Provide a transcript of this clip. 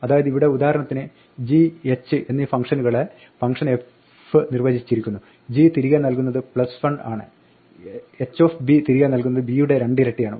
അതായത് ഇവിടെ ഉദാഹരണത്തിന് g h എന്നീ ഫംഗ്ഷനുകളെ ഫംഗ്ഷൻ f നിർവ്വചിച്ചിരിക്കുന്നു g തിരികെ നൽകുന്നത് ഒരു 1 ആണ് h തിരികെ നൽകുന്നത് b യുടെ രണ്ടിരട്ടിയാണ്